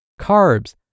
carbs